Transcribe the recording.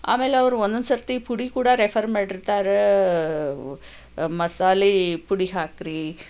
ಆಮೇಲವರು ಒಂದೊಂದು ಸರ್ತಿ ಪುಡಿ ಕೂಡ ರೆಫರ್ ಮಾಡಿರ್ತಾರೆ ಮಸಾಲೆ ಪುಡಿ ಹಾಕಿರಿ